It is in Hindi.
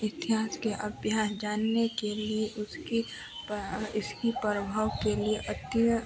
इतिहास के अभ्या जानने के लिए उसकी इसके प्रभाव के लिए अति आ